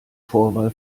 vorwahl